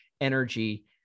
energy